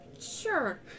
sure